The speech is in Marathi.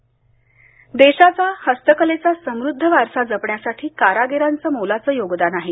हातमाग दिन देशाचा हस्तकलेचा समृद्ध वारसा जपण्यासाठी या कारागिरांचं मोलाचं योगदान आहे